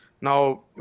Now